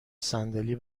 صندلی